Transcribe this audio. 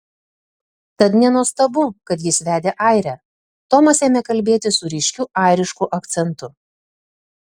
tad nenuostabu kad jis vedė airę tomas ėmė kalbėti su ryškiu airišku akcentu